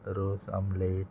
रोस आमलेट